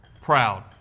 Proud